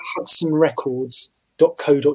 HudsonRecords.co.uk